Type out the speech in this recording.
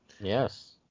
Yes